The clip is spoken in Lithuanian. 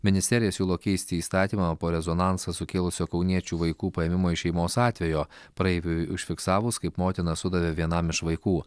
ministerija siūlo keisti įstatymą po rezonansą sukėlusio kauniečių vaikų paėmimo iš šeimos atvejo praeiviui užfiksavus kaip motina sudavė vienam iš vaikų